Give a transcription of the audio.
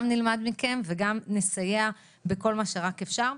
גם נלמד מכם וגם נסייע בכל מה שרק אפשר.